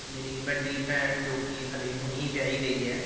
ਮੇਰੀ ਵੱਡੀ ਭੈਣ ਜੋ ਕਿ ਹਾਲੇ ਹੁਣ ਹੀ ਵਿਆਹੀ ਗਈ ਹੈ